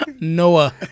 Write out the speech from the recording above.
Noah